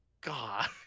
God